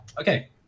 Okay